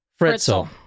Fritzel